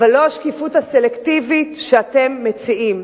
אבל לא השקיפות הסלקטיבית שאתם מציעים.